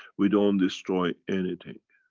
we don't destroy anything.